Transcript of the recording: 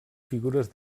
figures